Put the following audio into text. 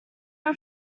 are